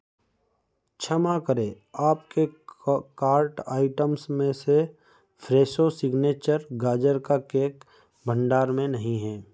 क्षमा करें आपके कार्ट आइटम्स में से फ़्रेशो सिग्नेचर गाजर का केक भंडार में नहीं है